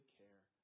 care